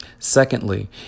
Secondly